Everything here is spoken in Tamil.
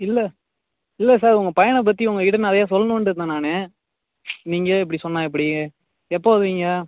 இல்லை இல்லை சார் உங்கள் பையனை பற்றி உங்கக்கிட்டே நிறைய சொல்லணும்ன்ட்டு இருந்தேன் நான் நீங்களே இப்படி சொன்னால் எப்படி எப்போது வருவீங்க